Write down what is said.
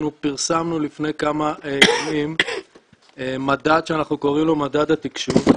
אנחנו פרסמנו לפני כמה ימים מדד שאנחנו קוראים לו מדד התקשוב,